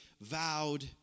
vowed